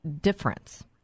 difference